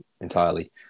entirely